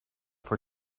for